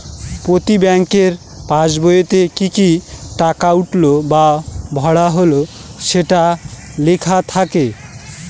প্রতি ব্যাঙ্কের পাসবইতে কি কি টাকা উঠলো বা ভরা হল সেটা লেখা থাকে